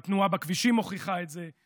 אבל התנועה בכבישים מוכיחה את זה,